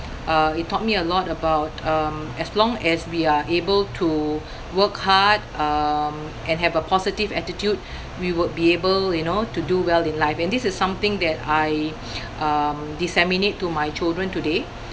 uh it taught me a lot about um as long as we are able to work hard um and have a positive attitude we would be able you know to do well in life and this is something that I um disseminate to my children today